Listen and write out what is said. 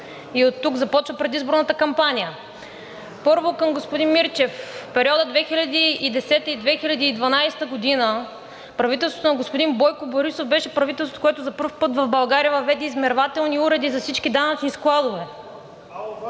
И от тук започва предизборната кампания. Първо, към господин Мирчев. В периода 2010 – 2012 г. правителството на господин Бойко Борисов беше правителство, което за първи път в България въведе измервателни уреди за всички данъчни складове.